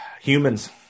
Humans